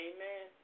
Amen